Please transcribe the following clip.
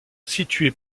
situé